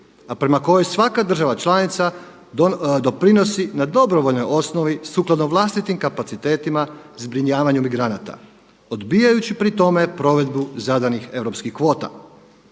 a prema kojoj svaka država članica doprinosi na dobrovoljnoj osnovi sukladno vlastiti kapacitetima zbrinjavanju migranata odbijajući pri tome provedbu zadanih europskih kvota.